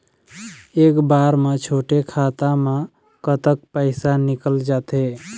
एक बार म छोटे खाता म कतक पैसा निकल जाथे?